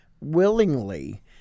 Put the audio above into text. willingly